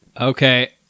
Okay